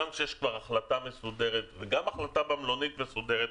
גם כשיש כבר החלטה מסודרת וגם במלונית ההחלטה מסודרת,